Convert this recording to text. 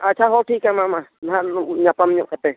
ᱟᱪᱪᱷᱟ ᱦᱮᱸ ᱴᱷᱤᱠᱟ ᱢᱟ ᱢᱟ ᱡᱟᱦᱟᱱ ᱧᱟᱯᱟᱢ ᱧᱚᱜ ᱠᱟᱛᱮᱫ